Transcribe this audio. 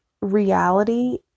reality